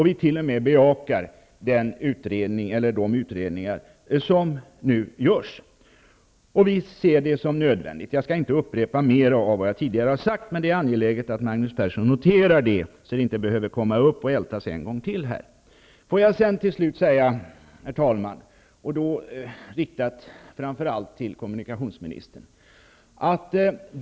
Vi bejakar t.o.m. de utredningar som nu görs. Vi ser det som nödvändigt. Jag skall inte upprepa mera av vad jag tidigare har sagt, men det är angeläget att Magnus Persson noterar detta så att det inte behöver tas upp och ältas en gång till. Herr talman! Avslutningsvis vänder jag mig främst till kommunikationsministern.